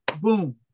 boom